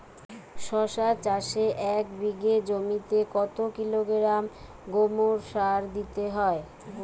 শশা চাষে এক বিঘে জমিতে কত কিলোগ্রাম গোমোর সার দিতে হয়?